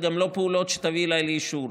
אלה גם לא פעולות שתביא אליי לאישור,